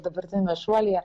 dabartiniame šuolyje